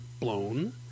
blown